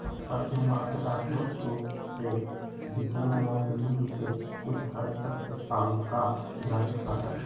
अर्थ मात्रात्मक रूप से वित्तीय मॉडलिंग के कुछ हद तक आंका जा सका हई